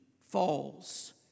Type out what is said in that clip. falls